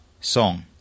SONG